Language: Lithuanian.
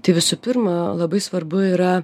tai visų pirma labai svarbu yra